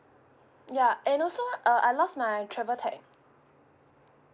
ya and also uh I lost my travel tag